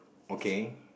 okay